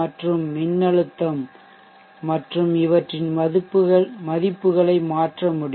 மற்றும் மின்னழுத்தம் மற்றும் இவற்றின் மதிப்புகளை மாற்ற முடியும்